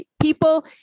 people